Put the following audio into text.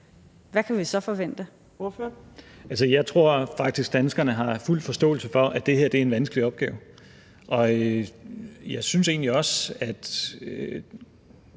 (S): Altså, jeg tror faktisk, at danskerne har fuld forståelse for, at det her er en vanskelig opgave. Og jeg synes egentlig også, at